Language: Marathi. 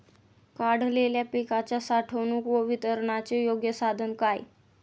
काढलेल्या पिकाच्या साठवणूक व वितरणाचे योग्य साधन काय?